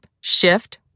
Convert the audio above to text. shift